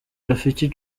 rafiki